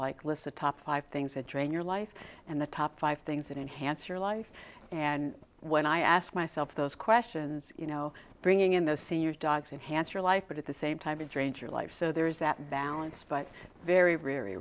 like list of top five things that drain your life and the top five things that enhance your life and when i ask myself those questions you know bringing in the senior dogs enhanced your life but at the same time to change your life so there is that balance but very